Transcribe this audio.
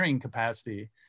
capacity